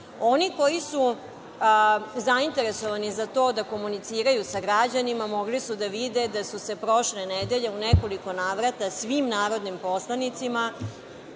koji su zainteresovani za to da komuniciraju sa građanima, mogli su da vide, da su se prošle nedelje, u nekoliko navrata, svim narodnim poslanicima